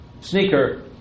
sneaker